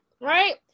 right